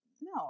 no